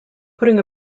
putting